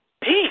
peace